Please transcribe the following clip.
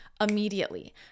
immediately